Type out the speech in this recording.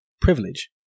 privilege